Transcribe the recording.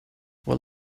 what